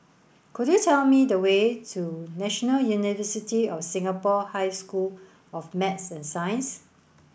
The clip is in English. could you tell me the way to National University of Singapore High School of Math and Science